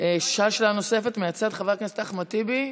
ישאל שאלה נוספת מהצד חבר הכנסת אחמד טיבי.